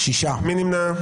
מי נמנע?